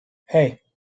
hey